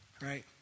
right